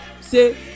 say